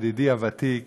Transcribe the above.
ידידי הוותיק